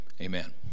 amen